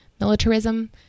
militarism